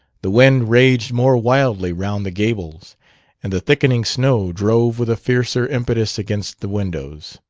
the wind raged more wildly round the gables and the thickening snow drove with a fiercer impetus against the windows.